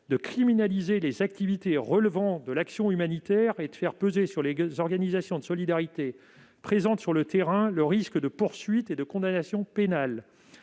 de criminaliser les activités relevant de l'action humanitaire et de faire peser sur les organisations de solidarité présentes sur le terrain le risque de poursuites et de condamnations pénales.